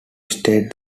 state